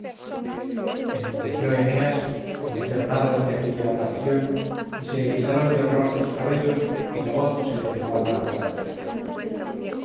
auras enmudeció eneas consternado ante aquella aparición y se erizaron de horror sus cabellos y la voz se le pegó a la garganta